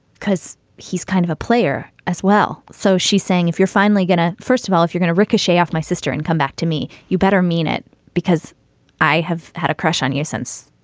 cause he's kind of a player as well. so she's saying, if you're finally going to first of all, if you're gonna ricochet off my sister and come back to me, you better mean it because i have had a crush on you since.